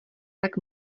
tak